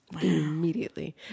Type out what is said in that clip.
Immediately